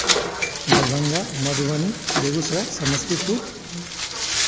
Darbhanga Madhubani Begusarai Samastipur